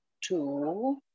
two